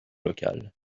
locale